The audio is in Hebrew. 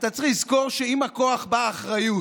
אתה צריך לזכור שעם הכוח באה אחריות.